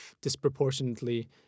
disproportionately